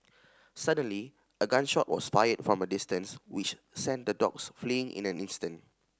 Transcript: suddenly a gun shot was fired from a distance which sent the dogs fleeing in an instant